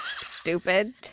Stupid